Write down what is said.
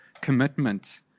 commitment